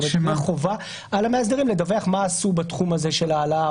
כלומר חובה על המאסדרים לדווח מה עשו בתחום הזה של העלאה,